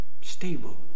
stable